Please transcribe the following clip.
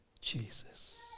Jesus